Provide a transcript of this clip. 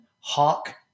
Hawk